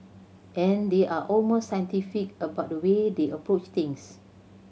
and they are almost scientific about the way they approach things